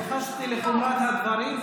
התייחסתי לחומרת הדברים,